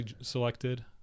selected